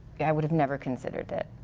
yeah i would have never considered it.